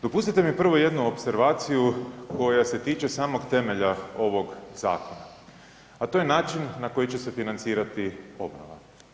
Dopustite mi prvo jednu opservaciju koja se tiče samog temelja ovog zakona, a to je način na koji će se financirati obnova.